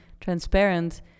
transparent